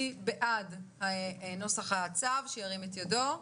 מי בעד נוסח הצו שירים את ידו.